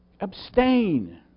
Abstain